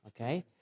okay